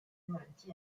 软体